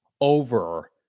over